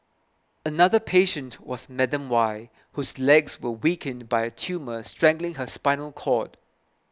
another patient was Madam Y whose legs were weakened by a tumour strangling her spinal cord